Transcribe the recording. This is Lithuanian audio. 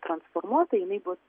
transformuota jinai bus